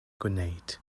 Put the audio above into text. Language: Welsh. gwneud